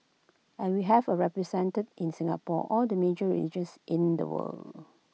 and we have A represented in Singapore all the major religions in the world